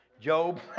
Job